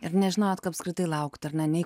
ir nežinojot ką apskritai laukt ar ne nei